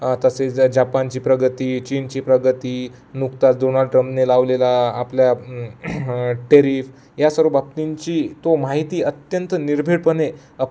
तसेच जापानची प्रगती चीनची प्रगती नुकताच डोनाल टम ने लावलेला आपल्या टेरीफ या सर्व बाबतींची तो माहिती अत्यंत निर्भिडपणे